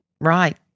Right